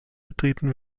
betreten